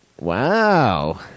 Wow